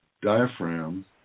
diaphragm